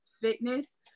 fitness